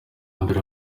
mbere